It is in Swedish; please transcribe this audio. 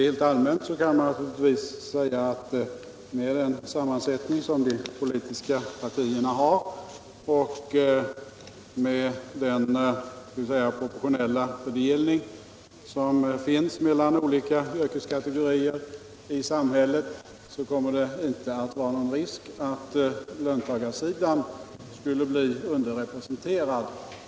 Rent allmänt kan man naturligtvis säga att med den sammansättning som de politiska partierna har och med den proportionella fördelning som finns mellan olika yrkeskategorier i samhället kommer det inte att vara någon risk för att löntagarsidan skulle bli underrepresenterad.